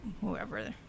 whoever